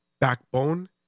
backbone